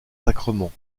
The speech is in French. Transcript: sacrement